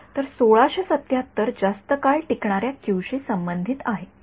तर १६७७ सर्वात जास्त काळ टिकणाऱ्या क्यूशी संबंधित आहे